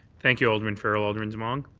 thank you, alderman farrell. alderman demong?